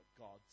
God's